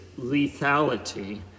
lethality